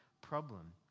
problem